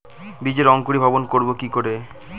বীজের অঙ্কোরি ভবন করব কিকরে?